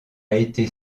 été